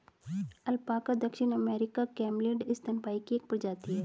alpaca दक्षिण अमेरिकी camelid स्तनपायी की एक प्रजाति है